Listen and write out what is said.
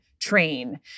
Train